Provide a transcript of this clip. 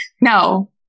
No